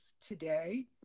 today